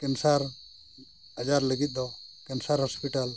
ᱟᱡᱟᱨ ᱞᱟᱹᱜᱤᱫ ᱫᱚ